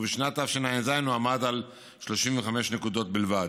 ובשנת תשע"ז הוא היה 35 נקודות בלבד.